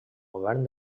govern